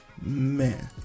man